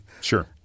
Sure